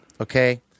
okay